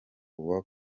uwaka